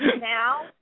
now